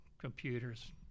computers